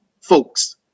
folks